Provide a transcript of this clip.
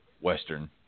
Western